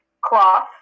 cloth